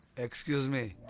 excuse me